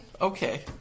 Okay